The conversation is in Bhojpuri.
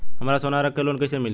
हमरा सोना रख के लोन कईसे मिली?